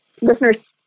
listeners